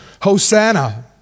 Hosanna